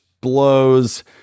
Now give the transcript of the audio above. blows